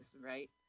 right